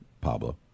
Pablo